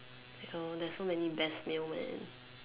yo there's no many best meal man